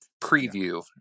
preview